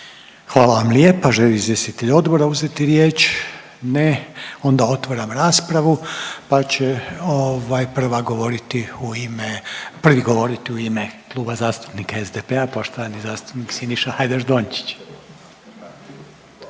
Hvala vam lijepa. Želi li izvjestitelj odbora uzeti riječ? Ne. Onda otvaram raspravu, pa će ovaj prva govoriti u ime, prvi govoriti u ime Kluba zastupnika SDP-a, poštovani zastupnik Siniša Hajdaš Dončić.